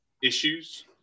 issues